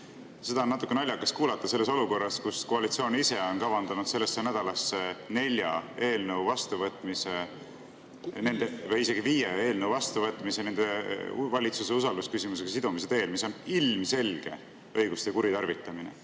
Seda on natuke naljakas kuulata olukorras, kus koalitsioon ise on kavandanud sellesse nädalasse nelja eelnõu või isegi viie eelnõu vastuvõtmise valitsuse usaldusküsimusega sidumise teel, mis on ilmselge õiguste kuritarvitamine.